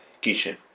kitchen